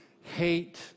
hate